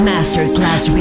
Masterclass